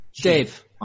Dave